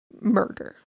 murder